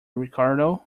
ricardo